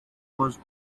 was